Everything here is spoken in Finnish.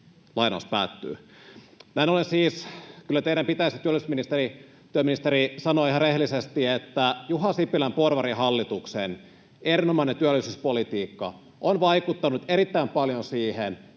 vaikutusta.” Näin ollen siis teidän kyllä pitäisi, työministeri, sanoa ihan rehellisesti, että Juha Sipilän porvarihallituksen erinomainen työllisyyspolitiikka on vaikuttanut erittäin paljon siihen,